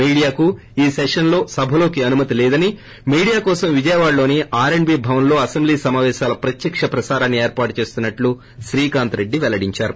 మీడియాకు ఈ సెషన్లో సభలోనికి అనుమతి లేదని మీడియా కోసం విజయవాడలోని ఆర్అండ్బి భవన్లో అసెంబ్లీ సమాపేశాల ప్రత్యక్ష ప్రసారాన్ని ఏర్పాటు చేస్తున్న ట్లు శ్రీకాంత్రెడ్లి వెల్లడించారు